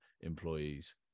employees